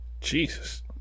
Jesus